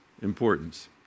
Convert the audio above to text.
importance